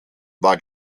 war